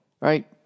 Right